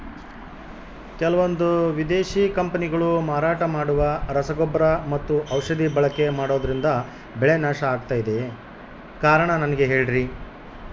ಕೆಲವಂದು ವಿದೇಶಿ ಕಂಪನಿಗಳು ಮಾರಾಟ ಮಾಡುವ ರಸಗೊಬ್ಬರ ಮತ್ತು ಔಷಧಿ ಬಳಕೆ ಮಾಡೋದ್ರಿಂದ ಬೆಳೆ ನಾಶ ಆಗ್ತಾಇದೆ? ಕಾರಣ ನನಗೆ ಹೇಳ್ರಿ?